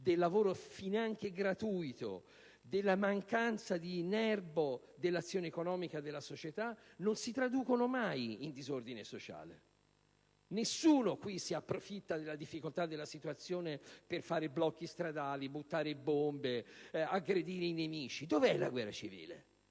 del lavoro finanche gratuito, della mancanza di nerbo dell'azione economica della società non si traducono mai in disordine sociale. Nessuno si approfitta della difficoltà della situazione per fare blocchi stradali, buttare bombe, aggredire i nemici. Dov'è la guerra civile?